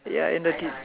ya in the heat